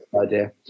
idea